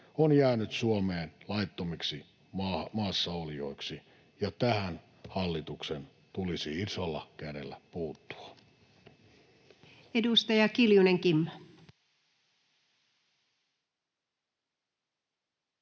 on jäänyt Suomeen laittomiksi maassa olijoiksi, ja tähän hallituksen tulisi isolla kädellä puuttua.